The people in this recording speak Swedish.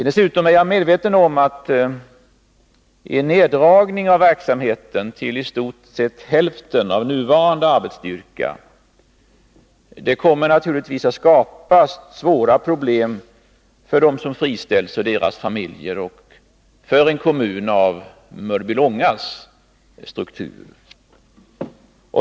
Dessutom är jag medveten om att en neddragning av verksamheten till i stort sett hälften av nuvarande arbetsstyrka naturligtvis kommer att skapa svåra problem för dem som friställs, deras familjer och för en kommun av Mörbylångas struktur.